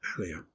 earlier